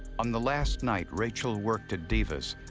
on the last night rachel worked at divas,